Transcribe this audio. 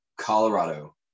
Colorado